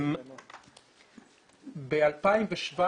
בשנת 2017